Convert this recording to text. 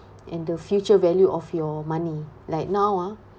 and the future value of your money like now ah